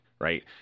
right